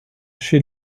chez